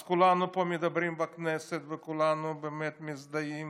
אז כולנו פה מדברים בכנסת וכולנו באמת מזדהים